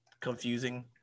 confusing